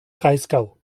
breisgau